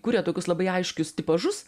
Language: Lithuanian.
kuria tokius labai aiškius tipažus